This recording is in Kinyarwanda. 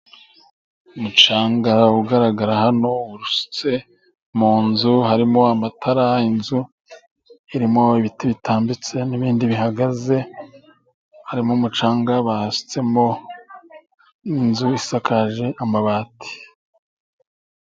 Umucanga ugaragara hano usutse mu nzu harimo amatara. Inzu irimo ibiti bitambitse n'ibindi bihagaze harimo umucanga basutse mu nzu isakaje amabati